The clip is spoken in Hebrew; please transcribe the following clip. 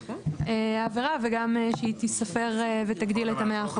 העבירה וגם שהיא תיספר ותגדיל את ה-100%.